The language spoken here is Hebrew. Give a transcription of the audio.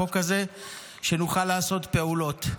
ושנוכל לעשות פעולות.